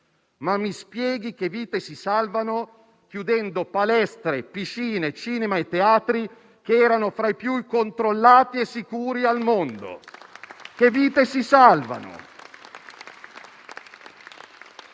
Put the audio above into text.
ma mi spieghi che vite si salvano, chiudendo palestre, piscine, cinema e teatri che erano fra i più controllati e sicuri al mondo. Che vite si salvano?